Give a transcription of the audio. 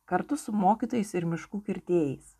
kartu su mokytojais ir miškų kirtėjais